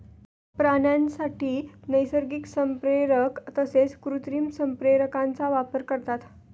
प्राण्यांसाठी नैसर्गिक संप्रेरक तसेच कृत्रिम संप्रेरकांचा वापर करतात